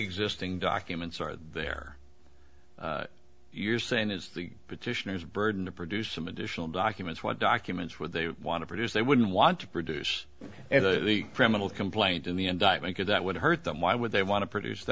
preexisting documents are there you're saying is the petitioners burden to produce some additional documents what documents would they want to produce they wouldn't want to produce the criminal complaint in the indictment or that would hurt them why would they want to produce